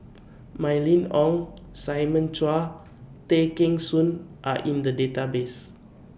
Mylene Ong Simon Chua Tay Kheng Soon Are in The Database